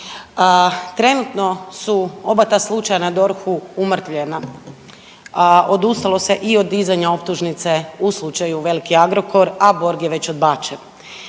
Trenutno su oba ta slučaja na DORH-u umrtvljena, a odustalo se i od dizanja optužnice u slučaju „Veliki Agrokor“, a „Borg“ je već odbačen.